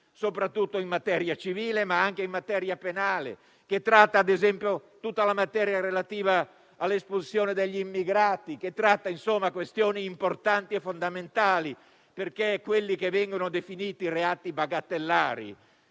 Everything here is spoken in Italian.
soprattutto in materia civile, ma anche in materia penale. Tratta, ad esempio, tutta la materia relativa all'espulsione degli immigrati, tratta questioni importanti e fondamentali, perché quelli che vengono definiti i reati bagatellari,